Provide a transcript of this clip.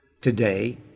Today